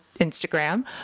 Instagram